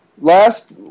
last